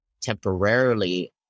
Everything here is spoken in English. temporarily